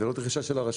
זה לא דרישה של הרשות,